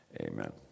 Amen